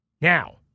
Now